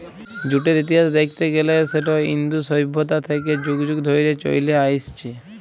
জুটের ইতিহাস দ্যাইখতে গ্যালে সেট ইন্দু সইভ্যতা থ্যাইকে যুগ যুগ ধইরে চইলে আইসছে